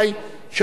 הנה,